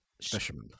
Specimen